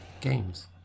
games